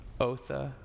Otha